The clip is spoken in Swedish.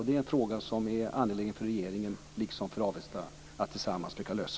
Det är en fråga som är angelägen för regeringen liksom för Avesta att tillsammans söka lösa.